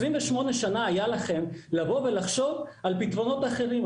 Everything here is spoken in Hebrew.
28 שנה היה לכם לבוא ולחשוב על פתרונות אחרים.